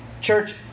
Church